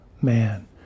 man